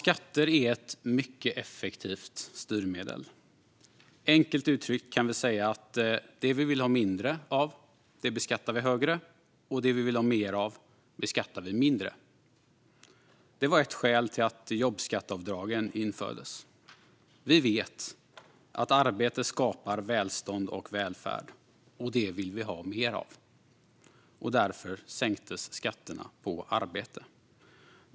Skatter är ett mycket effektivt styrmedel. Enkelt uttryckt kan man säga att det vi vill ha mindre av beskattar vi mer och det vi vill ha mer av beskattar vi mindre. Det var ett skäl till att jobbskatteavdragen infördes. Vi vet att arbete skapar välstånd och välfärd. Det vill vi ha mer av, och därför sänktes skatterna på arbete.